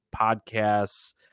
podcasts